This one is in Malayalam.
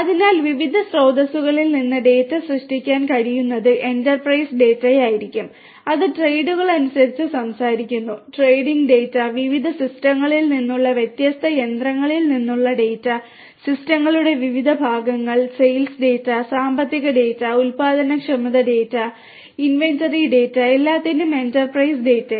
അതിനാൽ വിവിധ സ്രോതസ്സുകളിൽ നിന്ന് ഡാറ്റ സൃഷ്ടിക്കാൻ കഴിയുന്നത് എന്റർപ്രൈസ് ഡാറ്റയായിരിക്കാം അത് ട്രേഡുകളെക്കുറിച്ച് സംസാരിക്കുന്നു ട്രേഡിംഗ് ഡാറ്റ വിവിധ സിസ്റ്റങ്ങളിൽ നിന്നുള്ള വ്യത്യസ്ത യന്ത്രങ്ങളിൽ നിന്നുള്ള ഡാറ്റ സിസ്റ്റങ്ങളുടെ വിവിധ ഭാഗങ്ങൾ സെയിൽസ് ഡാറ്റ സാമ്പത്തിക ഡാറ്റ ഉൽപാദനക്ഷമത ഡാറ്റ ഇൻവെന്ററി ഡാറ്റ എല്ലാത്തരം എന്റർപ്രൈസ് ഡാറ്റയും